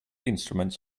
instruments